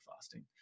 fasting